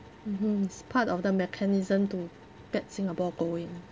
mmhmm it's part of the mechanism to get Singapore going